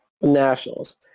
Nationals